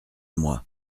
moi